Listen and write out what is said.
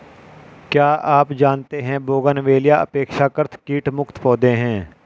क्या आप जानते है बोगनवेलिया अपेक्षाकृत कीट मुक्त पौधे हैं?